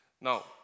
Now